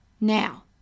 Now